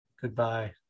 Goodbye